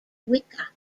wicca